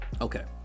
Okay